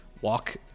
walk